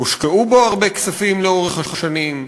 הושקעו בו הרבה כספים לאורך השנים,